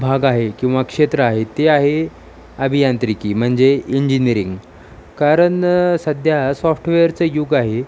भाग आहे किंवा क्षेत्र आहे ते आहे अभियांत्रिकी म्हणजे इंजिनीरिंग कारण सध्या सॉफ्टवेअरचं युग आहे